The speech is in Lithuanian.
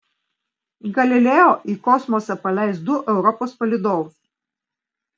galileo į kosmosą paleis du europos palydovus